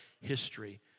history